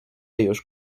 już